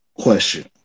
question